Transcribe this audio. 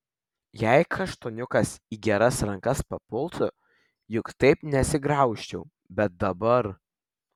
jei kaštoniukas į geras rankas papultų juk taip nesigraužčiau bet dabar